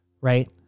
right